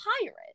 pirate